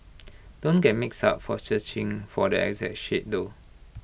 don't get mixed up for searching for the exact shade though